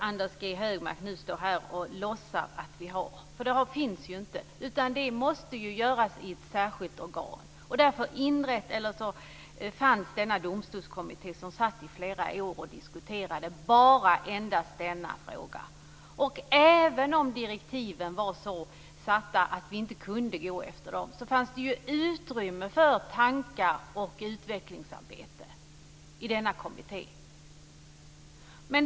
Anders G Högmark låtsas att vi har den tiden, men så är det inte, utan diskussionerna måste föras i ett särskilt organ. Därför satt Domstolskommittén i flera år och diskuterade endast denna fråga. Även om direktiven var utformade på det sättet att vi inte kunde följa dem, fanns det utrymme för tankar och utvecklingsarbete i denna kommitté.